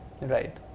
Right